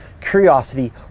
Curiosity